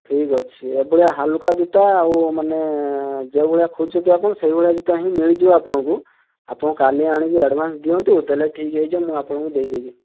ଠିକ୍ ଅଛି ଏ ଭଳିଆ ହାଲୁକା ଜୋତା ଆଉ ମାନେ ଯେଉଁ ଭଳିଆ ଖୋଜୁଛନ୍ତି ଆପଣ ସେହିଭଳିଆ ଜୋତା ହିଁ ମିଳିଯିବ ଆପଣଙ୍କୁ ଆପଣ କାଲି ଆଣିକି ଆଡ଼ଭାନ୍ସ୍ ଦିଅନ୍ତୁ ଦେଲେ ଠିକ୍ ହେଇଯିବ ମୁଁ ଆପଣଙ୍କୁ ଦେଇଦେବି